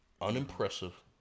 unimpressive